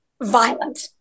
violent